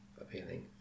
appealing